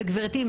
וגברתי,